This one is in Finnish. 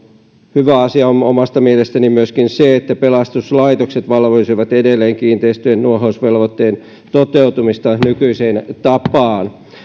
hyvä asia on omasta mielestäni myöskin se että pelastuslaitokset valvoisivat edelleen kiinteistöjen nuohousvelvoitteen toteutumista nykyiseen tapaan